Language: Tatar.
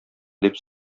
дип